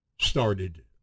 started